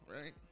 right